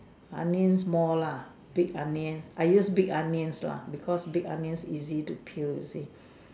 onions more lah big onions I use big onions lah because big onions easy to peel you see